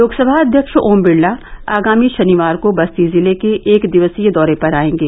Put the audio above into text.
लोकसभा अध्यक्ष ओम बिरला आगामी शनिवार को बस्ती जिले के एकदिवसीय दौरे पर आएंगे